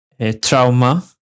Trauma